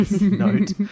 note